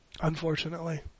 Unfortunately